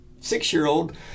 six-year-old